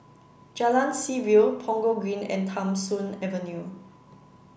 Jalan Seaview Punggol Green and Tham Soong Avenue